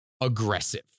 aggressive